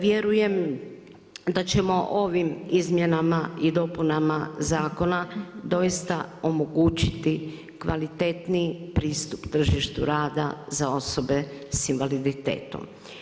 Vjerujem da ćemo ovim izmjenama i dopunama zakona doista omogućiti kvalitetni pristup tržištu rada za osobe sa invaliditetom.